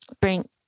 bring